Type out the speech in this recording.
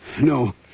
No